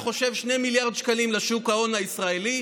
אני חושב שהיא עשתה 2 מיליארד שקלים לשוק ההון הישראלי.